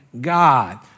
God